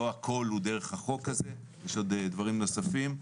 לא הכול הוא דרך החוק הזה, יש עוד דברים נוספים,